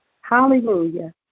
Hallelujah